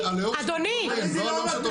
על איזה לאום את מדברת?